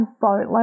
boatload